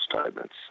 statements